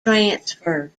transfer